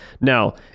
Now